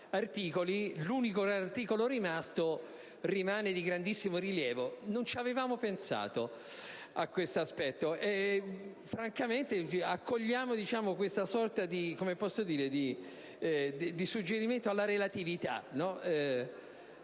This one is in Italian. l'unico articolo rimasto è di grandissimo rilievo. Non avevamo pensato a questo aspetto, e francamente accogliamo questa sorta di suggerimento alla relatività.